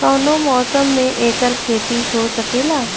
कवनो मौसम में एकर खेती हो सकेला